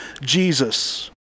Jesus